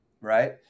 right